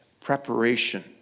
preparation